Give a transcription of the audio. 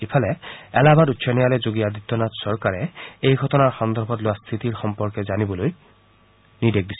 ইফালে এলাহাবাদ উচ্চ ন্যায়ালয়ে যোগী আদিত্য নাথ চৰকাৰে এই ঘটনাৰ সন্দৰ্ভত লোৱা স্থিতিৰ সম্পৰ্কে জনাবিলৈ নিৰ্দেশ দিছে